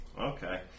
Okay